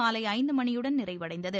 மாலை ஐந்து மணியுடன் நிறைவடைந்தது